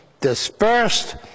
dispersed